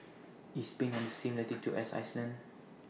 IS Spain on The same latitude as Iceland